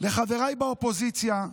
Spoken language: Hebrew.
לחבריי באופוזיציה,